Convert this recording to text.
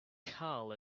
karl